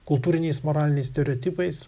kultūriniais moraliniais stereotipais